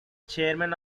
chairman